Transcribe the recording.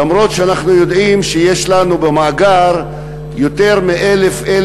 למרות שאנחנו יודעים שיש לנו במאגר יותר מ-1,000,